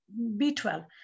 B12